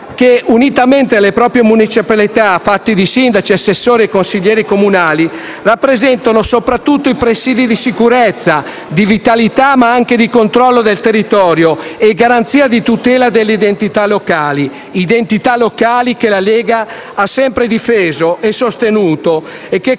che, unitamente alle proprie municipalità, fatte di sindaci, assessori e consiglieri comunali, rappresentano soprattutto presidi di sicurezza, di vitalità, ma anche di controllo del territorio e garanzia di tutela delle identità locali; identità locali che la Lega ha da sempre difeso e sostenuto e che